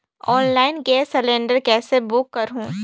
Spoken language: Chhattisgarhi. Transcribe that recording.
ऑनलाइन गैस सिलेंडर कइसे बुक करहु?